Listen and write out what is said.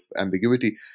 ambiguity